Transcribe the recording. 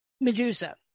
Medusa